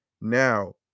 Now